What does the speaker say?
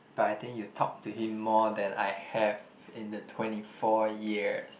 but I think you talk to him more than I have in the twenty four years